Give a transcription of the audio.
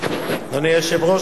אדוני היושב-ראש,